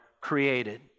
created